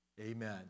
Amen